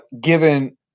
given